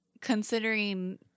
considering